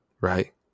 right